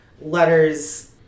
letters